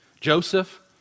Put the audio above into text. Joseph